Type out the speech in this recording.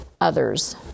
others